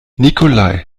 nikolai